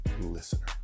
listener